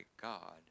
God